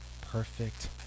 perfect